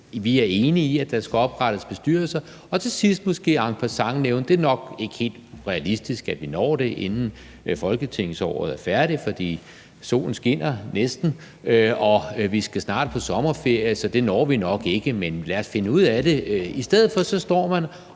vi er enige i, at der skal oprettes bestyrelser – og til sidst måske en passant nævne, at det nok ikke er helt realistisk, at vi når det, inden folketingsåret er færdigt, for solen skinner, næsten, og vi skal snart på sommerferie, så det når vi nok ikke, men lad os finde ud af det. I stedet for står man